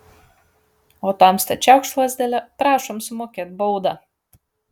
o tamsta čiaukšt lazdele prašom sumokėt baudą